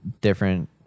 different